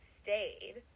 stayed